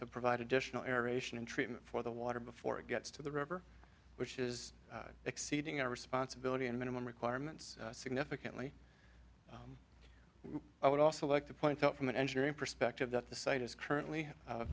to provide additional air race and treatment for the water before it gets to the river which is exceeding our responsibility and minimum requirements significantly i would also like to point out from an engineering perspective that the site is currently